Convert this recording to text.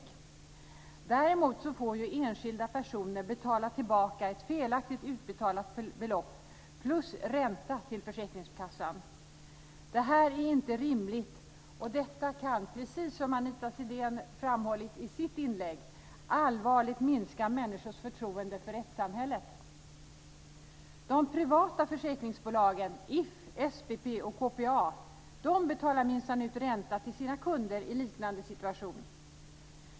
Däremot får enskilda personer betala tillbaka ett felaktigt utbetalat belopp plus ränta till försäkringskassan. Det här är inte rimligt och det kan, precis som Anita Sidén har framhållit i sitt inlägg, allvarligt minska människors förtroende för rättssamhället. betalar minsann ut ränta till sina kunder i liknande situationer.